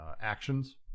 actions